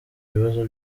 bibazo